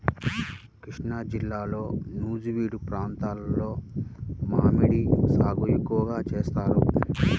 కృష్ణాజిల్లాలో నూజివీడు ప్రాంతంలో మామిడి సాగు ఎక్కువగా చేస్తారు